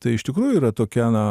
tai iš tikrųjų yra tokia na